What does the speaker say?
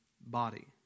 body